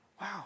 Wow